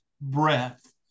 breath